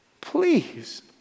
Please